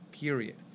Period